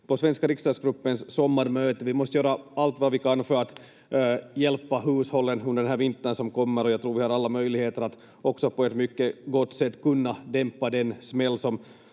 på svenska riksdagsgruppens sommarmöte. Vi måste göra allt vi kan för att hjälpa hushållen under den här vintern som kommer, och jag tror att vi har alla möjligheter att också på ett mycket gott sätt kunna dämpa den smäll som